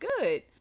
good